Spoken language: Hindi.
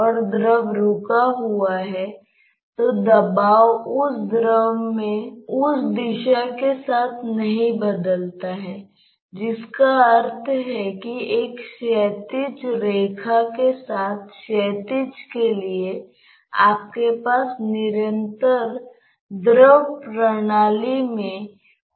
इसलिए जो भी प्रवेश करता है उसका दाएं और बाएं जाने का संतुलन प्रभाव होता है